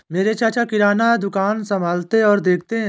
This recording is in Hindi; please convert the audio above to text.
मेरे चाचा किराना दुकान संभालते और देखते हैं